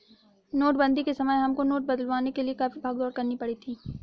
नोटबंदी के समय हमको नोट बदलवाने के लिए काफी भाग दौड़ करनी पड़ी थी